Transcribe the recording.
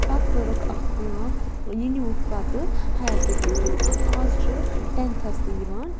پَتہٕ کٔرٕکھ اَتھ کٲم یہِ نیوٗکھ پَتہٕ ہایر سٮ۪کٮ۪نٛڈرٛی تام آز چھِ ٹٮ۪نتھَس تہِ یِوان